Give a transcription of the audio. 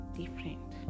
different